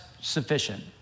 sufficient